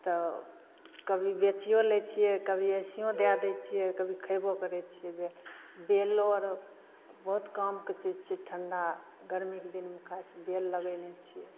तऽ कभी बेचियो लै छियै कभी अइसहियो दए दै छियै कभी खयबो करैत छियै जे बेलो आरो बहुत कामके चीज छियै ठंढा गर्मीके दिनमे खाइ छियै बेल लगैने छियै